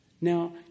Now